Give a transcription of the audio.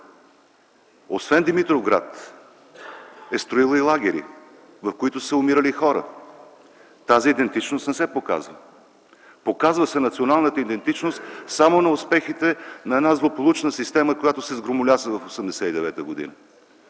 освен Димитровград е строила и лагери, в които са умирали хора. Тази идентичност не се показва. Показва се националната идентичност само на успехите на една злополучна система, която се сгромоляса 1989 г.